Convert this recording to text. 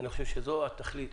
חושב שמה שקורה בוועדות הוא התכלית,